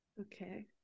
Okay